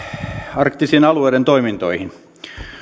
arktisten alueiden toimintoihin